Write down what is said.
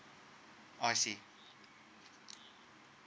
I see